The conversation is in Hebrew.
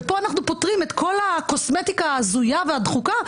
ופה אנחנו פותרים את כל הקוסמטיקה ההזויה והדחוקה,